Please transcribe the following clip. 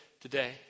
today